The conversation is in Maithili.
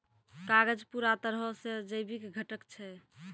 कागज पूरा तरहो से जैविक घटक छै